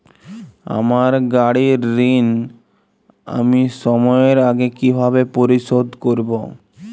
আমার গাড়ির ঋণ আমি সময়ের আগে কিভাবে পরিশোধ করবো?